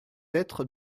être